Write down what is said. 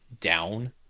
down